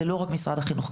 זה לא רק משרד החינוך,